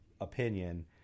opinion